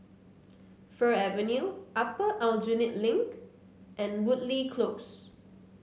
Fir Avenue Upper Aljunied Link and Woodleigh Close